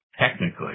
technically